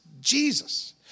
Jesus